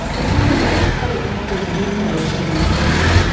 and to others they act as windows to the mind.